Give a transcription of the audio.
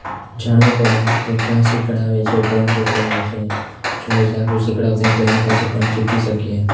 જાણવું પડે કે ક્યાં શિખવાડે છે કોણ શિખવાડે છે જો એ સારું શીખવાડતા હોય તો એની પાસે પણ શીખી શકીએ